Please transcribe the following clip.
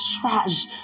trash